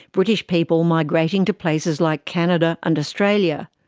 british people migrating to places like canada and australia.